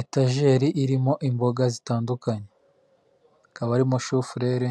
Etajeri irimo imboga zitandukanye, hakaba harimo shufurere,